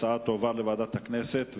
ההצעה תועבר לוועדת הכנסת,